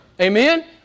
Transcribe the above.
Amen